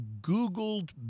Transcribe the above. Googled